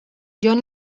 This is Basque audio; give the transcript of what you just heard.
jon